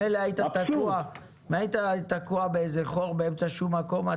מילא אם היית תקוע באיזה חור באמצע שום מקום.